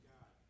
God